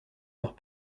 leurs